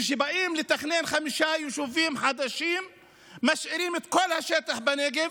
כשבאים לתכנן חמישה יישובים חדשים משאירים את כל השטח בנגב,